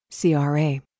CRA